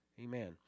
Amen